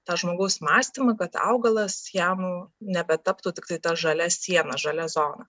tą žmogaus mąstymą kad augalas jam nebetaptų tiktai ta žalia siena žalia zona